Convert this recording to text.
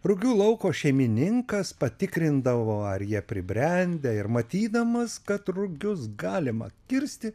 rugių lauko šeimininkas patikrindavo ar jie pribrendę ir matydamas kad rugius galima kirsti